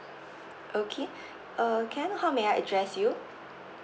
okay uh can I know how may I address you